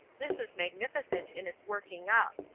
this is magnificent in its working up.